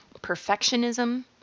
perfectionism